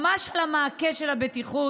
ממש על המעקה של הבטיחות,